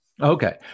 Okay